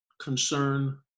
concern